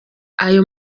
ayo